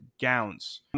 gowns